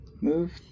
Move